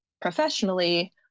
professionally